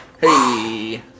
Hey